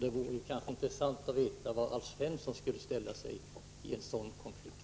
Det vore intressant att veta var Alf Svensson skulle ställa sig i en sådan konflikt.